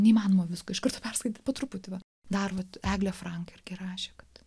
neįmanoma visko iš karto perskaityti po truputį va dar vat eglę franką irgi rašė kad